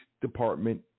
Department